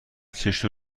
چشتون